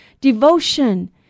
devotion